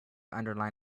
underline